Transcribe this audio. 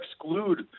exclude